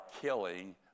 killing